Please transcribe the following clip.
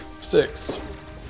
six